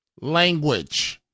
language